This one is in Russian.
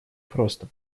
просто